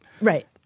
Right